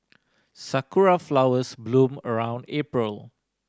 sakura flowers bloom around April